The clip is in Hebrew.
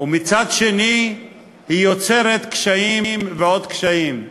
ומצד שני היא יוצרת קשיים ועוד קשיים.